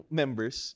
members